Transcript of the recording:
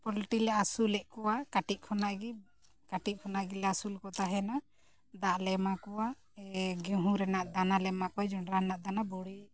ᱯᱳᱞᱴᱨᱤᱞᱮ ᱟᱹᱥᱩᱞᱮᱫ ᱠᱚᱣᱟ ᱠᱟᱹᱴᱤᱡ ᱠᱷᱚᱱᱟᱜ ᱜᱮ ᱠᱟᱹᱴᱤᱡ ᱠᱷᱚᱱᱟᱜ ᱜᱮᱞᱮ ᱟᱹᱥᱩᱞ ᱠᱚ ᱛᱟᱦᱮᱱᱟ ᱫᱟᱜᱼᱞᱮ ᱮᱢᱟ ᱠᱚᱣᱟ ᱜᱮᱸᱦᱩ ᱨᱮᱱᱟᱜ ᱫᱟᱱᱟᱞᱮ ᱮᱢᱟ ᱠᱚᱣᱟ ᱡᱚᱸᱰᱨᱟ ᱨᱮᱱᱟᱜ ᱫᱟᱱᱟ ᱵᱚᱲᱤ